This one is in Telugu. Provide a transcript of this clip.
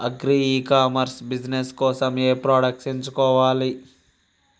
అగ్రి ఇ కామర్స్ బిజినెస్ కోసము ఏ ప్రొడక్ట్స్ ఎంచుకోవాలి?